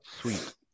sweet